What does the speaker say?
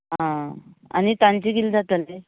आं आनी तांचे कितलें जातले